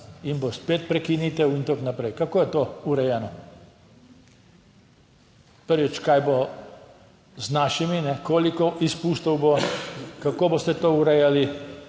in bo spet prekinitev in tako naprej, kako je to urejeno? Prvič, kaj bo z našimi, koliko izpustov bo, kako boste to urejali?